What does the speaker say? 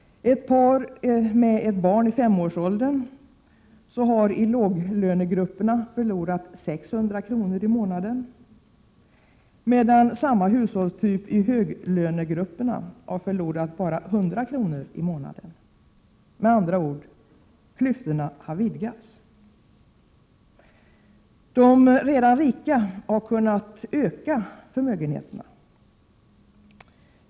Ett par med ett barn i femårsåldern har, om de tillhör låglönegrupperna, förlorat 600 kr. i månaden, medan samma hushållstyp i höglönegruppen bara förlorat 100 kr. i månaden. Med andra ord: klyftorna har vidgats. De redan rika har kunnat öka förmögenheterna.